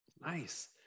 Nice